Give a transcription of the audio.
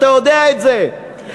אתה יודע את זה,